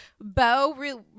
Bo